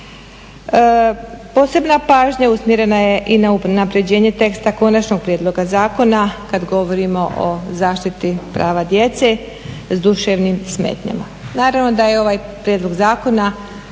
Posebna pažnja usmjerena je i na unapređenje teksta konačnog prijedloga zakona, kada govorimo o zaštiti prava djece s duševnim smetnjama. Naravno da je ovaj prijedlog zakona